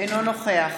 אינו נוכח